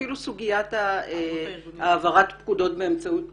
אפילו סוגיית העברת פקודות באמצעות